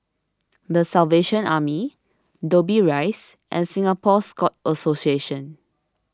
the Salvation Army Dobbie Rise and Singapore Scout Association